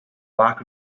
lack